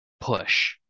Push